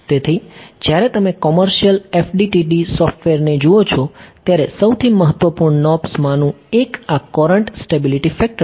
તેથી જ્યારે તમે કોમર્શિયલ FDTD સોફ્ટવેરને જુઓ છો ત્યારે સૌથી મહત્વપૂર્ણ નોબ્સ માંનું એક આ કોરન્ટ સ્ટેબિલિટી ફેક્ટર છે